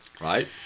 right